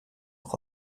noch